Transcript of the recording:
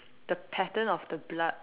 the pattern of the blood